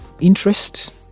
interest